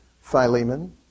Philemon